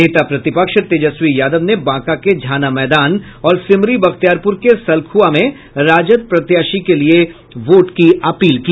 नेता प्रतिपक्ष तेजस्वी यादव ने बांका के झाना मैदान और सिमरी बख्तियारपुर के सलखुआ में राजद प्रत्याशी के लिये वोट की अपील की